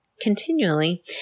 continually